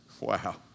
Wow